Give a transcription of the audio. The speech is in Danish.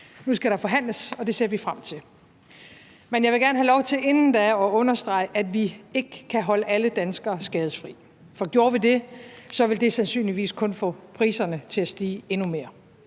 Nu skal der forhandles, og det ser vi frem til. Men jeg vil gerne have lov til inden da at understrege, at vi ikke kan holde alle danskere skadesfri, for gjorde vi det, ville det sandsynligvis kun få priserne til at stige endnu mere.